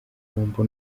bombo